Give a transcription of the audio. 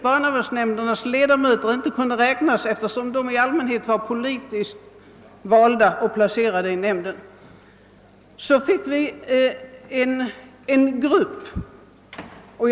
Barnavårdsnämndens ledamöter ansågs inte ha dessa kvalifikationer, eftersom de i allmänhet var valda på politiska grunder, och så fick vi en särskild grupp av barnavårdsmän.